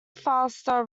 faster